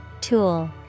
Tool